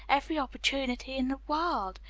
every opportunity in the world,